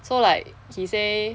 so like he say